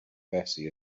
bessie